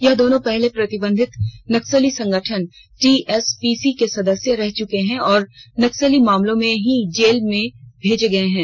यह दोनों पहले प्रतिबंधित नक्सली संगठन टीएसपीसी के सदस्य रह चुके हैं और नक्सली मामले में ही जेल भी भेजे गए थे